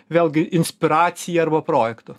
vėlgi inspiracija arba projektu